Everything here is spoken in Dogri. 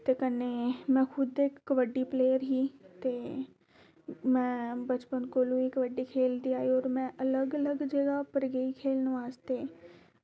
ते कन्नै में खुद कबड्डी प्लेयर ही ते में बचपन कोला गै कबड्डी खेल्दी आई ते अलग अलग जगह पर गेई खेल्लने बास्तै